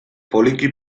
poliki